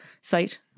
site